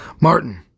Martin